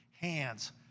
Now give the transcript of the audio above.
hands